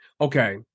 okay